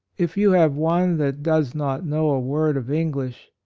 if you have one that does not know a word of english,